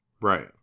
Right